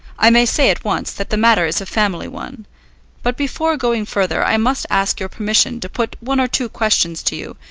i may say at once that the matter is a family one but before going further i must ask your permission to put one or two questions to you,